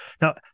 Now